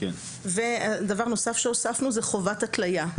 דבר נוסף שהוספנו זה חובת התלייה.